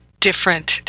different